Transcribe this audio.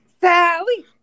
Sally